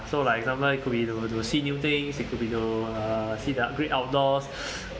so like example it could be to to see new things it could be to uh see the great outdoors